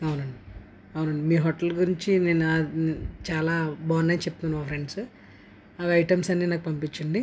అవును అవునండి మీ హోటల్ గురించి చాలా బాగున్నాయ్ చెప్తున్నారు మా ఫ్రెండ్స్ ఆ ఐటమ్స్ అన్నీ నాకు పంపించండి